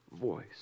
voice